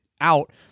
out